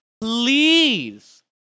please